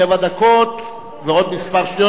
שבע דקות ועוד כמה שניות.